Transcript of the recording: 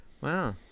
Wow